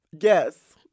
Yes